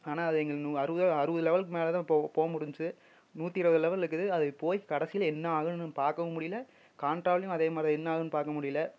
ஆனால் அது எங் அறுபதா அறுபது லெவலுக்கு மேல் தான் போக போக முடிஞ்சிச்சு நூற்றி இருபது லெவல் இருக்குது அதுக்கு போய் கடைசியில் என்ன ஆகுதுன்னு பார்க்கவும் முடியிலை காண்ட்ராவுலையும் அதேமாதிரி தான் என்ன ஆகுதுன்னு பார்க்க முடியிலை